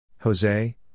Jose